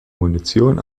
munition